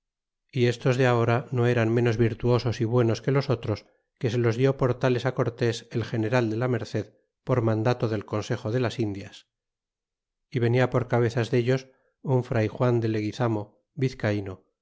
y estos de ahora no eran ménos virtuosos é buenos que los otros que se los dió por tales á cortés el general de la merced por mandado del consejo de las indias é venia por cabezas dellos un fray juan de leguizamo vizcayno